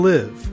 Live